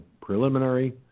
preliminary